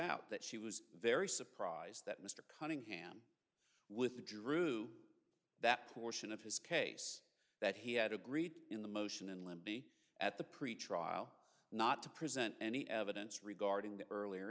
out that she was very surprised that mr cunningham with the drew that portion of his case that he had agreed in the motion and libby at the pretrial not to present any evidence regarding the earlier